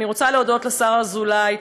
אני רוצה להודות לשר אזולאי,